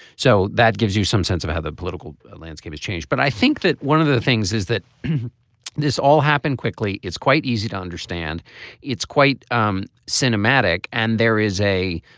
so that gives you some sense of how the political landscape has changed but i think that one of the things is that this all happened quickly. it's quite easy to understand it's quite um cinematic. and there is a